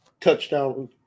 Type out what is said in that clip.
touchdown